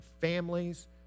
families